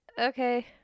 Okay